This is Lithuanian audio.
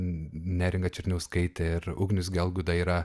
neringa černiauskaitė ir ugnius gelgauda yra